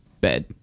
bed